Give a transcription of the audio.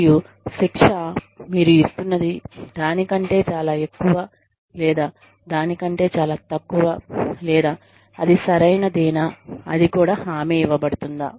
మరియు శిక్ష మీరు ఇస్తున్నది దాని కంటే చాలా ఎక్కువ లేదా దాని కంటే చాలా తక్కువ లేదా అది సరైనదేనా అది కూడా హామీ ఇవ్వబడుతుందా